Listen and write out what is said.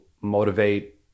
motivate